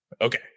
Okay